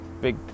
big